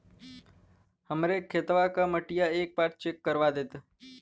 हमरे खेतवा क मटीया एक बार चेक करवा देत?